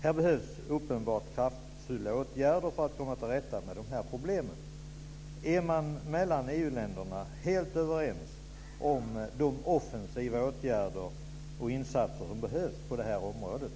Här behövs uppenbart kraftfulla åtgärder för att komma till rätta med problemen. Är man mellan EU länderna helt överens om de offensiva åtgärder och insatser som behövs på området?